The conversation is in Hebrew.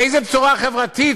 איזו בשורה חברתית